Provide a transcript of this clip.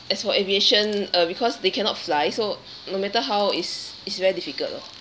as for aviation uh because they cannot fly so no matter how is is very difficult lor